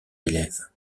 élèves